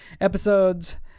episodes